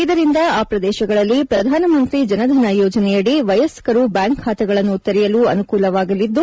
ಇದರಿಂದ ಆ ಪ್ರದೇಶಗಳಲ್ಲಿ ಪ್ರಧಾನಮಂತ್ರಿ ಜನಧನ ಯೋಜನೆಯಡಿ ವಯಸ್ತರು ಬ್ಯಾಂಕ್ ಬಾತೆಗಳನ್ನು ತೆರೆಯಲು ಅನುಕೂಲವಾಗಲಿದ್ದು